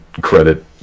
credit